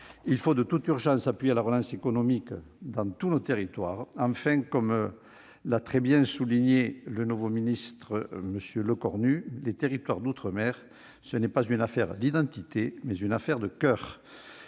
Il faut de toute urgence appuyer la relance économique dans tous nos territoires. Enfin, comme l'a très bien souligné le nouveau ministre, M. Lecornu, « les territoires d'outre-mer, ce n'est pas une affaire d'identité, c'est une affaire de coeur